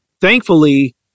Thankfully